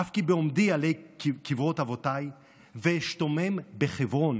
אף כי בעומדי עלי קברות אבותיי ואשתומם בחברון